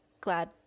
glad